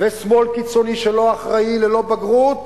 ושמאל קיצוני שלא אחראי, ללא בגרות,